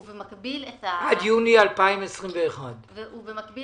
ובמקביל --- עד יוני 2021. ובמקביל